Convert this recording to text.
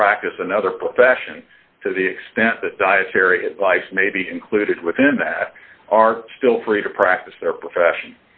to practice another profession to the extent that dietary advice may be included within that are still free to practice their profession